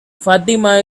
fatima